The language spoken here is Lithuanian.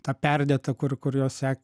tą perdėtą kur kurios se